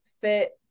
fit